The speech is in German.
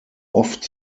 oft